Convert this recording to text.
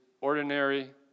ordinary